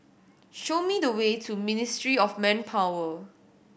show me the way to Ministry of Manpower